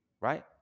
right